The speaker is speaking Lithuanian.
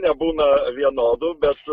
nebūna vienodų bet